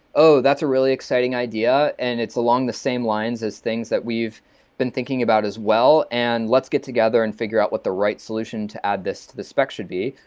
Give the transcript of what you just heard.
oh, that's a really exciting idea and it's along the same lines as things that we've been thinking about as well and let's get together and figure out what the right solution to add to this but should be,